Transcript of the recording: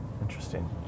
interesting